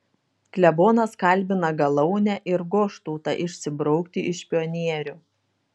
klebonas kalbina galaunę ir goštautą išsibraukti iš pionierių